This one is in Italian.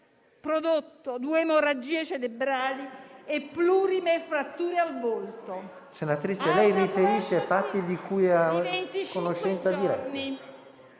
prodotto due emorragie cerebrali e plurime fratture al volto. PRESIDENTE. Senatrice, lei riferisce fatti di cui ha conoscenza diretta?